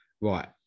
Right